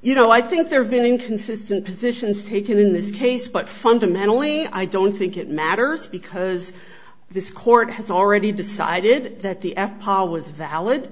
you know i think there have been inconsistent positions taken in this case but fundamentally i don't think it matters because this court has already decided that the f pall was valid